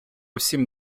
всім